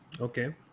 Okay